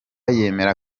yemera